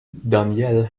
danielle